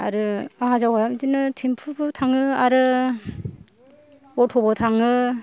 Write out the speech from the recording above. आरो आहा जावा बिदिनो थेमफुफोर थाङो आरो अथ'बो थाङो